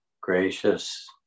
gracious